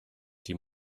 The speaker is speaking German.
die